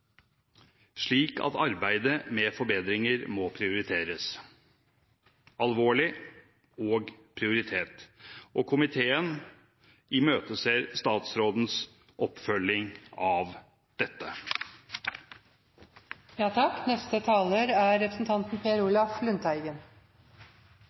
at arbeidet med forbedringer må prioriteres – alvorlig og prioritert. Komiteen imøteser statsrådens oppfølging av